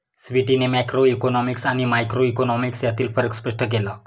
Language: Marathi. स्वीटीने मॅक्रोइकॉनॉमिक्स आणि मायक्रोइकॉनॉमिक्स यांतील फरक स्पष्ट केला